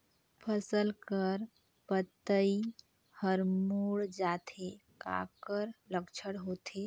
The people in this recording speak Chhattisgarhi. फसल कर पतइ हर मुड़ जाथे काकर लक्षण होथे?